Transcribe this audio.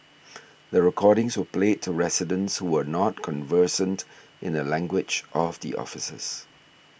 the recordings were played to residents who were not conversant in the language of the officers